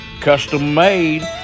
Custom-made